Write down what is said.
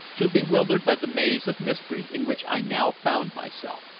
too bewildered by the maze of mystery in which i now found myself.